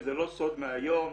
וזה לא סוד מהיום,